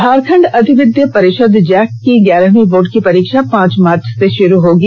झारखंड अधिविध परिषद जैक की ग्यारहवीं बोर्ड की परीक्षा पांच मार्च से शुरू होगी